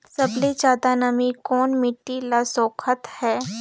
सबले ज्यादा नमी कोन मिट्टी ल सोखत हे?